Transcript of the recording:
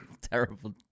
Terrible